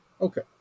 Okay